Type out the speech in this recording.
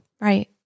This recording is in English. Right